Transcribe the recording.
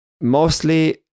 mostly